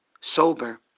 sober